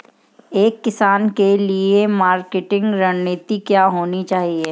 एक किसान के लिए मार्केटिंग रणनीति क्या होनी चाहिए?